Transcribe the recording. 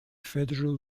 federal